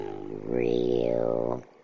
real